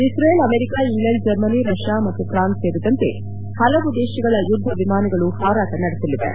Israel America England Germany Russia ಮತ್ತು France ಸೇರಿದಂತೆ ಹಲವು ದೇಶಗಳ ಯುದ್ಲವಿಮಾನಗಳು ಹಾರಾಟ ನಡೆಸಲಿವೆ